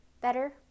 better